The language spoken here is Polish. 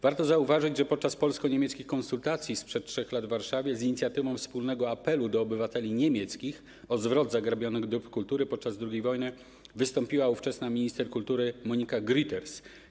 Warto zauważyć, że podczas polsko-niemieckich konsultacji sprzed 3 lat w Warszawie z inicjatywą wspólnego apelu do obywateli niemieckich o zwrot dóbr kultury zagrabionych podczas II wojny wystąpiła ówczesna minister kultury Monika Grütters.